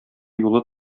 юлы